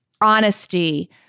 honesty